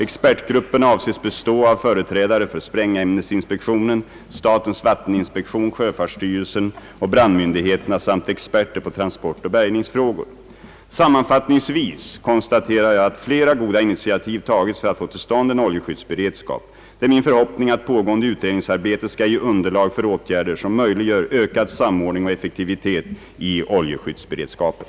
Expertgruppen avses bestå av företrädare för sprängämnesinspektionen, statens vatteninspektion, sjöfartsstyrelsen och brandmyndigheterna samt experter på transportoch bärgningsfrågor. Sammanfattningsvis konstaterar jag att flera goda initiativ tagits för att få till stånd en oljeskyddsberedskap. Det är min förhoppning att pågående utredningsarbete skall ge underlag för åtgärder som möjliggör ökad samordning och effektivitet i oljeskyddsberedskapen.